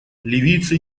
ливийцы